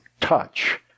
Touch